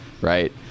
right